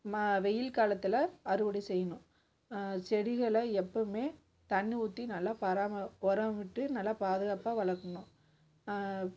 ம வெயில் காலத்தில் அறுவடை செய்யணும் செடிகளை எப்பவுமே தண்ணீர் ஊற்றி நல்லா பராம உரம் விட்டு நல்லா பாதுகாப்பாக வளர்க்கணும்